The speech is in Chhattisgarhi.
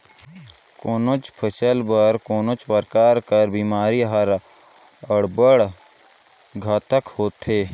कोनोच फसिल बर कोनो परकार कर बेमारी हर अब्बड़ घातक होथे